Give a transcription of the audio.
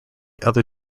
other